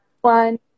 One